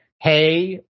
Hey